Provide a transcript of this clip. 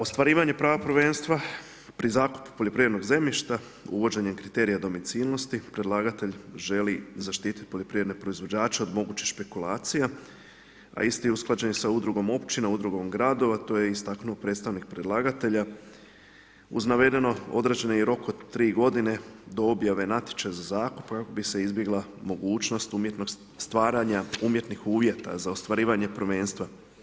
Ostvarivanje prava prvenstva, pri zakupu poljoprivrednog zemljišta, uvođenje kriterija domicilnosti, predlagatelj želi zaštiti poljoprivredne proizvođače od mogućih špekulacija, a isti, usklađen sa udrugom općina, udruga gradova, to je istaknuo i predstavnik predlagatelja, uz navedeno određen je i rok od 3 g. do objave natječaja za zakup, bi se izbjegla mogućnost umjetnog stvaranja, umjetnih uvjeta za ostvarivanje prvenstva.